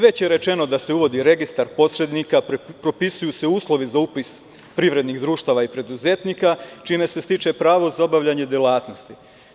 Već je rečeno da se uvodi registar posrednika, propisuju se uslovi za upis privrednih društava i preduzetnika, čime se stiče pravo za obavljanje delatnosti.